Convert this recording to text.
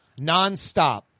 nonstop